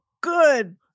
good